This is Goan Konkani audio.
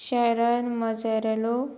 शेरन मजेरेलो